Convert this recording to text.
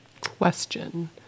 Question